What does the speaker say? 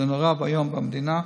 זה נורא ואיום במדינה.